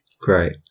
Great